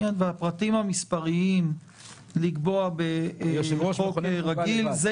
בוא ------ הפרטים המספריים לקבוע בחוק רגיל.